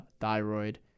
thyroid